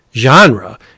genre